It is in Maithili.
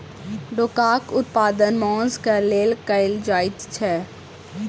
डोकाक उत्पादन मौंस क लेल कयल जाइत छै